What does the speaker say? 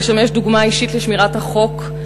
לשמש דוגמה אישית לשמירת החוק,